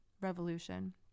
Revolution